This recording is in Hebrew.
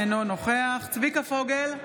אינו נוכח צביקה פוגל,